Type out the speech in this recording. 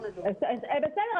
בסדר.